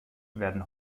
werden